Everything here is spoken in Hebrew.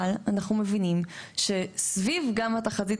אבל אנחנו מבינים שסביב גם התחזית